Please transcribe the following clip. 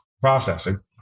processing